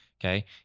okay